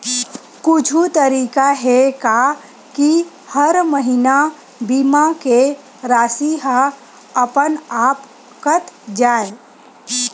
कुछु तरीका हे का कि हर महीना बीमा के राशि हा अपन आप कत जाय?